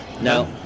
No